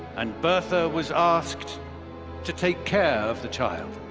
and bertha was asked to take care of the child.